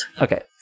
Okay